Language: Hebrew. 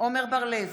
עמר בר לב,